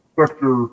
sector